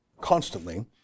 constantly